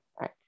right